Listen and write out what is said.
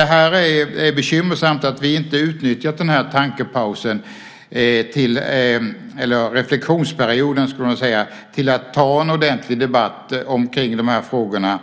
är bekymmersamt att vi inte har utnyttjat tankepausen eller reflexionsperioden till att ta en ordentlig debatt om de här frågorna.